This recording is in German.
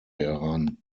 heran